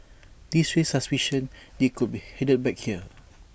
this raised suspicion they could be headed back here